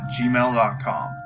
gmail.com